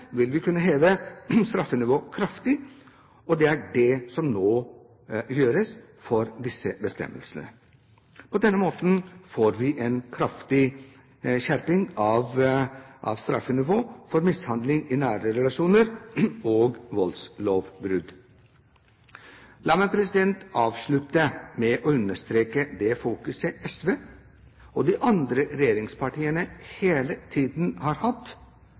vil vi kunne heve straffenivået kraftig, og det er det som nå gjøres for disse bestemmelsene. På denne måten får vi en kraftig skjerping av straffenivået for mishandling i nære relasjoner og voldslovbrudd. La meg avslutte med å understreke det fokuset SV og de andre regjeringspartiene hele tiden har hatt